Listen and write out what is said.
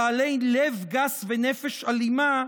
בעלי לב גס ונפש אלימה,